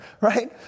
right